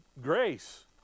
Grace